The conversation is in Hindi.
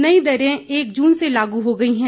नई दरें एक जून से लागू हो गई हैं